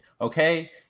okay